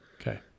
Okay